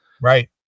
Right